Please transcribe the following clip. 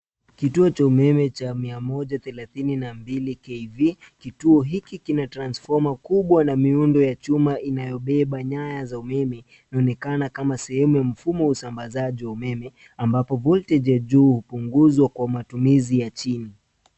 Kituo cha umeme cha mia moja thelathini na mbili KV. Kituo hiki kina transfoma kubwa na miundo ya chuma inayobeba nyaya za umeme. Inaonekana kama sehemu ya mfumo wa usambazaji wa umeme ambapo voltage ya juu hupunguzwa kwa matumizi ya chini.